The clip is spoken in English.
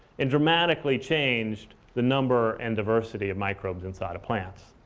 and dramatically changed the number and diversity of microbes inside of plants.